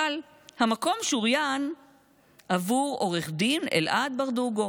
קל, המקום שוריין עבור עו"ד אלעד ברדוגו.